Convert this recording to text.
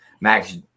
Max